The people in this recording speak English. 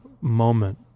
moment